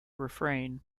refrain